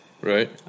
Right